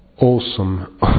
awesome